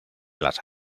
las